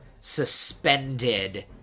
suspended